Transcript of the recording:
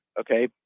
okay